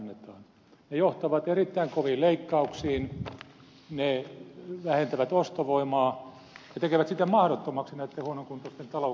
ne johtavat erittäin koviin leikkauksiin ne vähentävät ostovoimaa ja tekevät siten mahdottomaksi näitten huonokuntoisten talouksien elpymisen